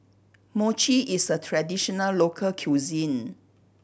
mochi is a traditional local cuisine